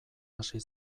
hasi